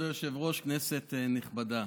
כבוד היושב-ראש, כנסת נכבדה,